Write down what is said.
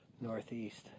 northeast